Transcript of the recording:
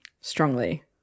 strongly